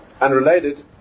unrelated